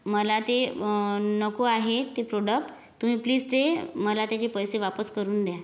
मला ते नको आहे ते प्रोडक्ट तुम्ही प्लीज ते मला त्याचे पैसे वापस करून द्या